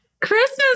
Christmas